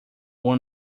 only